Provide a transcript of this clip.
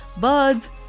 birds